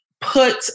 put